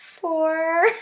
Four